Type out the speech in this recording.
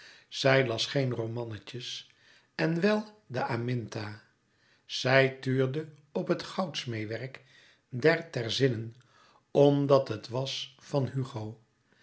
zij las geen romannetjes en wel de aminta zij tuurde op het goudsmeêwerk der terzinen omdat het was louis couperus metamorfoze van hugo